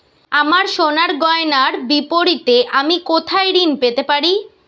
আমার সোনার গয়নার বিপরীতে আমি কোথায় ঋণ পেতে পারি?